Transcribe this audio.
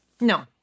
No